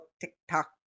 TikTok